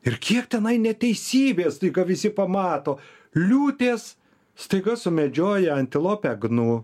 ir kiek tenai neteisybės tai ką visi pamato liūtės staiga sumedžioja antilopę gnu